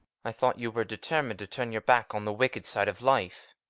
i thought you were determined to turn your back on the wicked side of life.